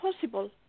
possible